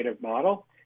model